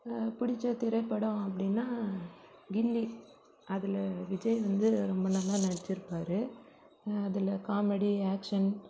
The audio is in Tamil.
புடிச்ச திரைப்படம் அப்படின்னா கில்லி அதில் விஜய் வந்து ரொம்ப நல்லா நடிச்சிருப்பார் அதில் காமெடி ஆக்ஷன்